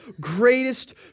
greatest